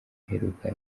iheruka